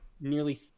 nearly